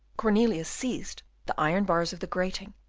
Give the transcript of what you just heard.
cornelius seized the iron bars of the grating,